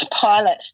pilot